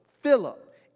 Philip